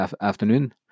afternoon